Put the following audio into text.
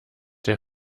der